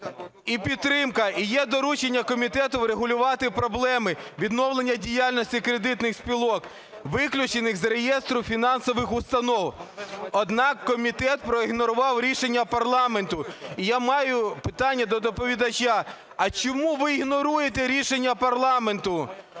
і підтримка, і є доручення комітету врегулювати проблеми відновлення діяльності кредитних спілок, виключених з реєстру фінансових установ. Однак комітет проігнорував рішення парламенту. І я маю питання до доповідача: а чому ви ігноруєте рішення парламенту?